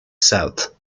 south